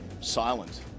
Silent